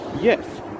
yes